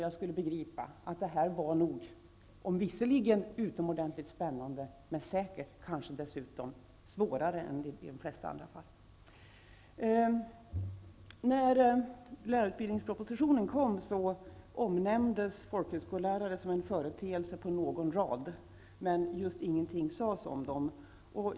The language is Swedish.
Jag skulle begripa att det visserligen är utomordentligt spännande men säkert också svårare än i de flesta andra fall. När regeringens proposition om lärarutbildningen kom omnämndes folkhögskollärarutbildningen som en företeelse på någon rad, och knappast någonting sades om den.